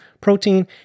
protein